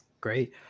great